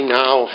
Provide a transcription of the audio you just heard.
now